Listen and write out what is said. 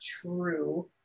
true